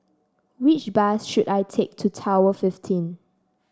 which bus should I take to Tower Fifteen